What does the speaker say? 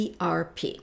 ERP